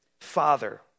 Father